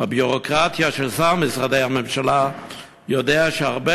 ואת הביורוקרטיה של שאר משרדי הממשלה יודע שהרבה